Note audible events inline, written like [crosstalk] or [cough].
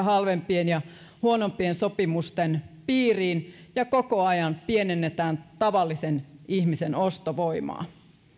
[unintelligible] halvempien ja huonompien sopimusten piiriin ja koko ajan pienennetään tavallisen ihmisen ostovoimaa